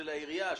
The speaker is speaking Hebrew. של העירייה,